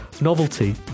novelty